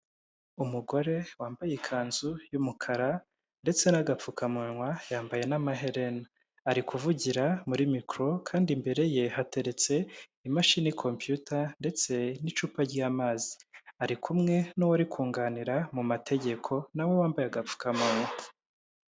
Umugore wambaye ikanzu y'umukara ndetse n'agapfukamunwa, yambaye n'amaherena, ari kuvugira muri mikoro, kandi imbere ye hateretse imashini kompiyuta, ndetse n'icupa ry'amazi, ari kumwe n'uwo ari kunganira mu mategeko, na we wambaye agapfukamunwa